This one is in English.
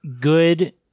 good